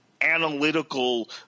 analytical